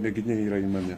mėginiai yra imami